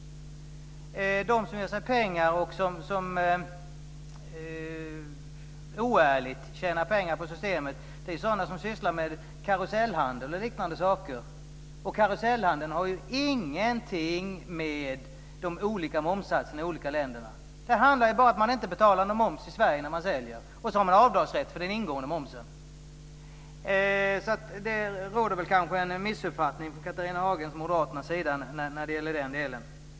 De som oärligt tjänar pengar på systemet är sådana som sysslar med karusellhandel och liknande saker. Karusellhandeln har ingenting med de olika momssatserna i de olika länderna att göra. Det handlar bara om att inte betala moms i Sverige när de säljer och sedan ha avdragsrätt för den ingående momsen. Där råder en missuppfattning från Catharina Hagens och moderaternas sida.